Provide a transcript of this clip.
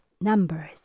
numbers